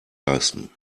leisten